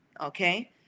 Okay